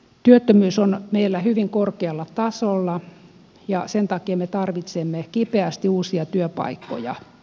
työttömyys on meillä hyvin korkealla tasolla ja sen takia me tarvitsemme kipeästi uusia työpaikkoja